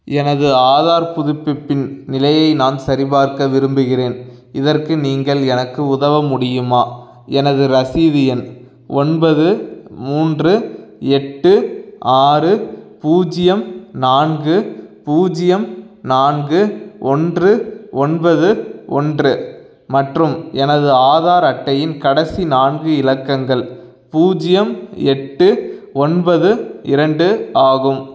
எனது ஆதார் புதுப்பிப்பின் நிலையை நான் சரிபார்க்க விரும்புகின்றேன் இதற்கு நீங்கள் எனக்கு உதவ முடியுமா எனது ரசீது எண் ஒன்பது மூன்று எட்டு ஆறு பூஜ்ஜியம் நான்கு பூஜ்ஜியம் நான்கு ஒன்று ஒன்பது ஒன்று மற்றும் எனது ஆதார் அட்டையின் கடைசி நான்கு இலக்கங்கள் பூஜ்ஜியம் எட்டு ஒன்பது இரண்டு ஆகும்